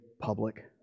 public